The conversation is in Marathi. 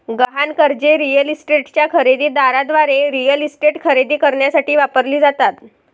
गहाण कर्जे रिअल इस्टेटच्या खरेदी दाराद्वारे रिअल इस्टेट खरेदी करण्यासाठी वापरली जातात